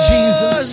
Jesus